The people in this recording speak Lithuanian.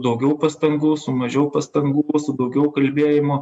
daugiau pastangų su mažiau pastangų su daugiau kalbėjimo